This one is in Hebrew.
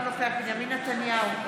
אינו נוכח בנימין נתניהו,